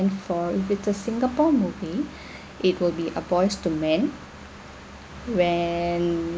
for if a singapore movie it will be ah boys to men when